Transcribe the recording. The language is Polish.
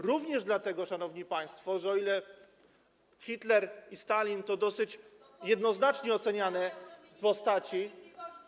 Również dlatego, szanowni państwo, że o ile Hitler i Stalin to dosyć jednoznacznie oceniane postaci.